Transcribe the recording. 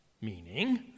meaning